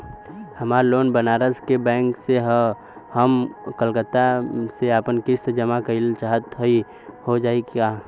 हमार लोन बनारस के बैंक से ह हम कलकत्ता से आपन किस्त जमा कइल चाहत हई हो जाई का?